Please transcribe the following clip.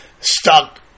stuck